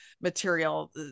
material